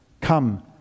come